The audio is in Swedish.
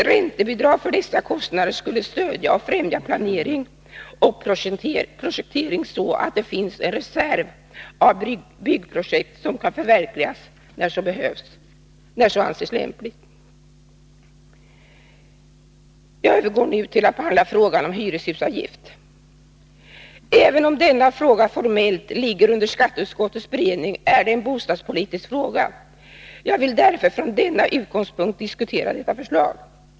Ett räntebidrag för dessa kostnader skulle stödja och främja planering och projektering, så att det finns en reserv av byggprojekt som kan förverkligas när så anses lämpligt. Jag övergår nu till att behandla frågan om hyreshusavgift. Även om denna fråga formellt ligger under skatteutskottets beredning är det en bostadspolitisk fråga. Jag vill därför från denna utgångspunkt diskutera detta förslag.